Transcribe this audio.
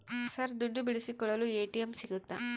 Sir ದುಡ್ಡು ಬಿಡಿಸಿಕೊಳ್ಳಲು ATM ಸಿಗುತ್ತಾ?